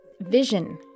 vision